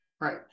Right